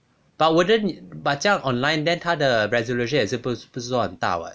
but wouldn't it but 这样 online then 他的 resolution 也是不不是说很大 [what]